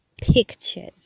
pictures